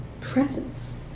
presence